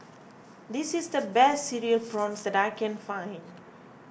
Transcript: this is the best Cereal Prawns that I can find